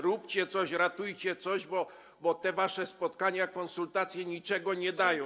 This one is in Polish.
Róbcie coś, ratujcie coś, bo te wasze spotkania, konsultacje niczego nie dają.